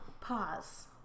pause